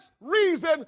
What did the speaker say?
reason